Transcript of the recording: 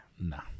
No